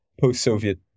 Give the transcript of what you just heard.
post-Soviet